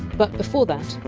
but before that,